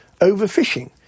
overfishing